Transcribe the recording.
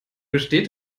besteht